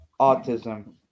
autism